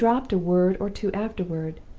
he dropped a word or two afterward,